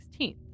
16th